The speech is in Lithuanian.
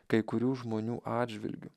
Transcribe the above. kai kurių žmonių atžvilgiu